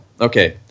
Okay